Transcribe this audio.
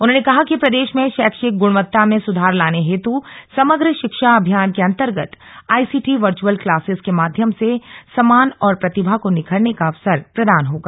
उन्होंने कहा कि प्रदेश में शैक्षिक गुणवत्ता में सुधार लाने हेतु समग्र शिक्षा अभियान के अन्तर्गत आईसीटी वर्चुअल क्लासेज के माध्यम से समान और प्रतिभा को निखरने का अवसर प्रदान होगा